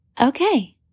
Okay